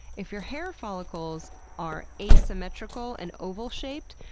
if your hair follicles are asymmetrical and oval shaped,